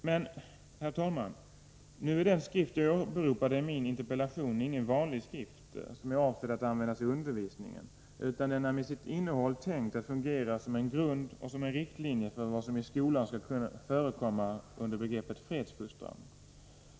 Men, herr talman, nu är den skrift som jag åberopade i min interpellation ingen vanlig skrift, som är avsedd att användas i undervisningen, utan den är med sitt innehåll tänkt att fungera som en grund och som en riktlinje för vad som iskolan skall kunna förekomma under begreppet fredsfostran.